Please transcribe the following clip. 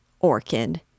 Orchid